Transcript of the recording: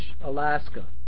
Alaska